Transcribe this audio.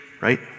right